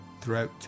throughout